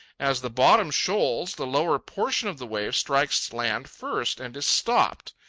as the bottom shoals, the lower portion of the wave strikes land first and is stopped.